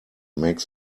make